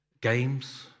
games